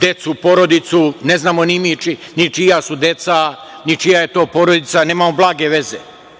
decu, porodicu. Ne znamo ni čija su deca, ni čija je to porodica. Nemamo blage veze,